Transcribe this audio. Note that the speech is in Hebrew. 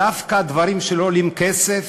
דווקא דברים שלא עולים כסף,